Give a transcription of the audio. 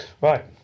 Right